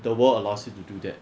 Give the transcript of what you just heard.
the world allows you to do that